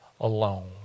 alone